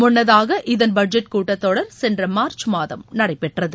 முன்னதாக இதன் பட்ஜெட் கூட்டத் தொடர் சென்ற மார்ச் மாதம் நடைபெற்றது